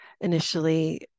Initially